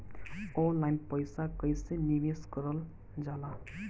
Online पईसा कईसे निवेश करल जाला?